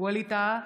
ווליד טאהא,